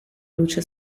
luce